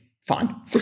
Fine